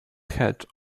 head